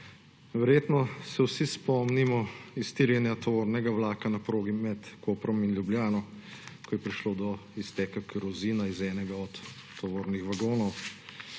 Verjetno se vsi spomnimo iztirjenja tovornega vlaka na progi med Koprom in Ljubljano, ko je prišlo do izteka kerozina iz enega od tovornih vagonov.